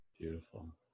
beautiful